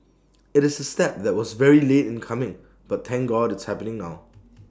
IT is A step that was very late in coming but thank God it's happening now